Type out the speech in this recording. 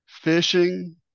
fishing